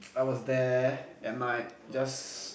I was there at night just